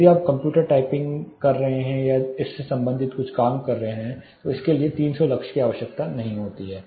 यदि आप computer type लिखने में कुछ काम कर रहे हैं तो इसके लिए 300 लक्स की आवश्यकता नहीं होती है